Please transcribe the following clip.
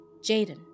Jaden